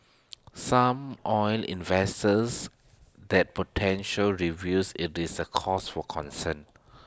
some oil investors that potential reviews IT is A cause for concern